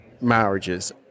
marriages